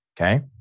okay